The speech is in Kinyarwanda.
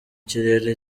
kirere